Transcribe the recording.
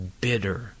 bitter